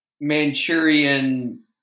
Manchurian